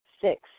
Six